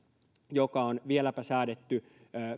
joka on vieläpä säädetty